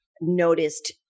noticed